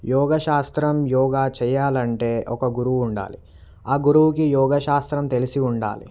యోగశాస్త్రం yoga చేయాలంటే ఒక గురువు ఉండాలి ఆ గురువుకి యోగశాస్త్రం తెలిసి ఉండాలి